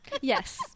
Yes